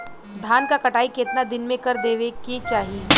धान क कटाई केतना दिन में कर देवें कि चाही?